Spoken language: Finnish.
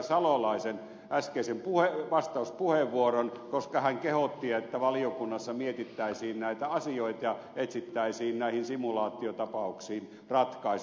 salolaisen äskeisen vastauspuheenvuoron koska hän kehotti että valiokunnassa mietittäisiin näitä asioita ja etsittäisiin näihin simulaatiotapauksiin ratkaisu